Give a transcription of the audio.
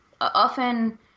Often